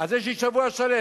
אז יש לי שבוע שלם,